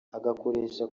agakoresha